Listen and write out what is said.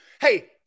Hey